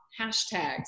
hashtags